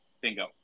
Bingo